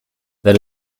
that